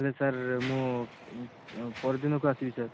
ହେଲେ ସାର୍ ମୁଁ ପରଦିନକୁ ଆସିବି ସାର୍